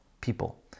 people